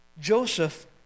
Joseph